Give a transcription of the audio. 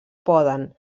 poden